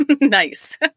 nice